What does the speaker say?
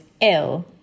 ill